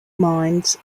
mines